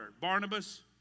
Barnabas